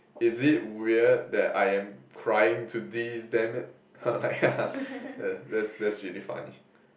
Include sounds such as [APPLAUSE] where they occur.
is it weird that I am crying to this dammit [LAUGHS] I'm like haha yeah that's that's really funny